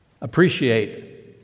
Appreciate